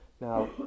Now